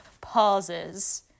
pauses